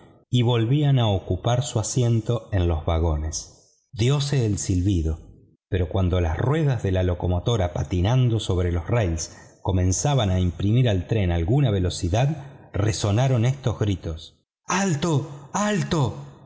y volvían a ocupar su asiento en los vagones dióse el silbido pero cuando las ruedas de la locomotora patinando sobre las vías comenzaban a imprimir alguna velocidad al tren resonaron estos gritos alto alto